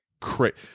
crazy